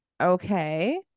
okay